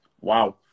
wow